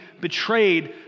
betrayed